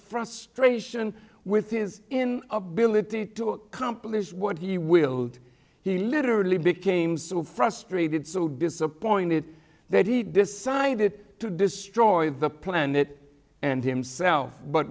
frustration with is in ability to accomplish what he willed he literally became so frustrated so disappointed that he decided to destroy the planet and himself but